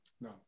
No